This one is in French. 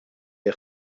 les